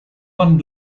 one